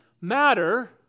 matter